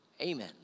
amen